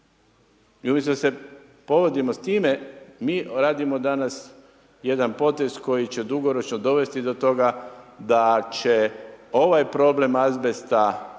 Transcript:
I umjesto da se povodimo s time, mi radimo danas jedan potez koji će dugoročno dovesti do toga da će ovaj problem azbesta